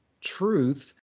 truth